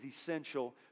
essential